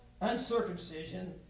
uncircumcision